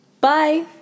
Bye